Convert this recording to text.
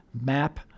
map